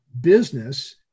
business